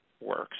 works